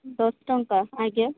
ଦଶ ଟଙ୍କା ଆଜ୍ଞା